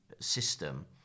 system